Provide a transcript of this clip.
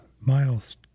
Miles